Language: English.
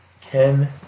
Ken